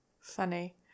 Funny